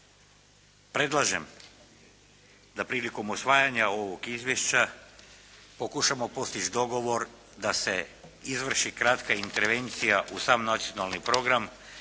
Predlažem da prilikom usvajanja ovog izvješća pokušamo postići dogovor da se izvrši kratka intervencija u sam nacionalni program